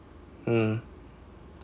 hmm